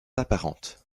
apparentes